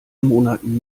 monaten